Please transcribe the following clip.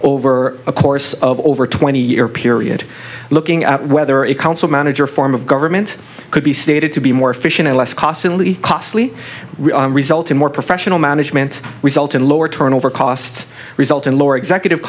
over a course of over twenty year period looking at whether a council manager form of government could be stated to be more efficient and less costly costly result in more professional management result in lower turnover costs result in lower executive